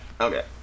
Okay